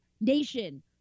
nation